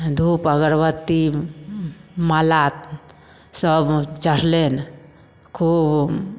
धुप अगरबत्ती माला सब चढ़लैनि खुब